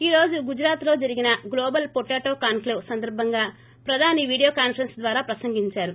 ఈ రోజు గుజరాత్లో జరిగిన గ్లోబల్ పొటాటో కాన్క్లేవ్ సందర్బంగా ప్రధాని వీడియో కాన్సరెన్స్ ద్వారా ప్రసంగిందారు